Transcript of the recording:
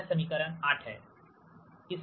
यह समीकरण 8 है